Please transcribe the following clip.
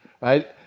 right